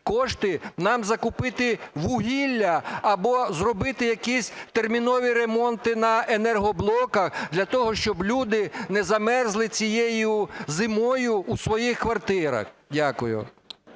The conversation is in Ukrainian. кошти нам закупити вугілля або зробити якісь термінові ремонти на енергоблоках для того, щоб люди не замерзли цією зимою у своїх квартирах. Дякую.